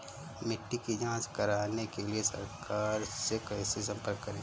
मिट्टी की जांच कराने के लिए सरकार से कैसे संपर्क करें?